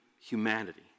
humanity